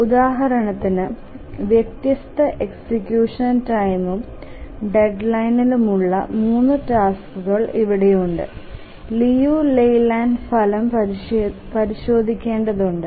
ഉദാഹരണത്തിന് വ്യത്യസ്ത എക്സിക്യൂഷൻ ടൈംഉം ഡെഡ്ലൈനിനുമുള്ള 3 ടാസ്ക്കുകൾ ഇവിടെയുണ്ട് ലിയു ലെയ്ലാൻഡ് ഫലം പരിശോധിക്കേണ്ടതുണ്ട്